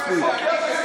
מספיק.